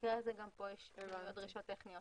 במקרה הזה גם כאן יש דרישות טכניות.